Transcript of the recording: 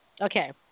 Okay